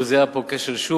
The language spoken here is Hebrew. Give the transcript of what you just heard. הוא זיהה פה כשל שוק,